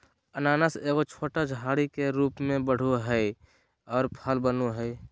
अनानास एगो छोटा झाड़ी के रूप में बढ़ो हइ और फल बनो हइ